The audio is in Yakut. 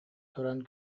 туран